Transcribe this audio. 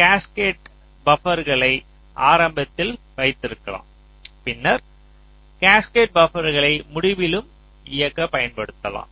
cascaded பபர்களைப் ஆரம்பத்தில் வைத்திருக்கலாம் பின்னர் கேஸ்கேடட் பபர்களைப் முடிவிலும் இயக்க பயன்படுத்தலாம்